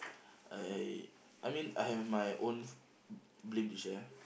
I I mean I have my own blame to share